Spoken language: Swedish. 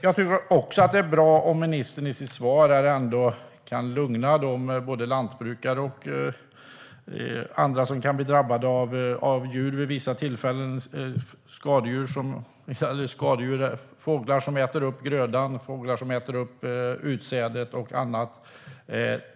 Jag tycker också att det är bra om ministern i sitt svar här kan lugna de lantbrukare och andra som vid vissa tillfällen kan drabbas av angrepp från skadedjur, exempelvis fåglar som äter upp grödan eller utsädet.